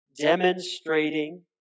demonstrating